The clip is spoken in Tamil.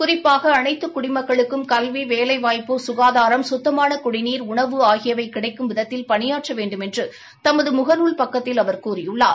குறிப்பாக அனைத்து குடிமக்களுக்கும் கல்வி வேலைவாய்ப்பு சுகாதாரம் சுத்தமான குடிநீர் உணவு ஆகியவை கிடைக்கும் விதத்தில் பணியாற்ற வேண்டுமென்று தமது முகநூல் பக்கத்தில் அவர் கூறியுள்ளார்